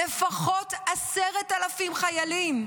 לפחות 10,000 חיילים,